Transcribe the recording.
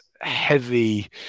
heavy